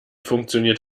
funktioniert